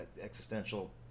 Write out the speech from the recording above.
existential